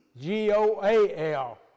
G-O-A-L